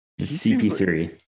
cp3